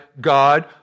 God